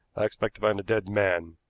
i expect to find a dead man.